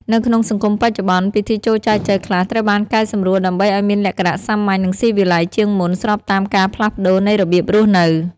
នៅក្នុងសង្គមបច្ចុប្បន្ន ពិធីចូលចែចូវខ្លះត្រូវបានកែសម្រួលដើម្បីឲ្យមានលក្ខណៈសាមញ្ញ និងស៊ីវិល័យជាងមុន ស្របតាមការផ្លាស់ប្តូរនៃរបៀបរស់នៅ។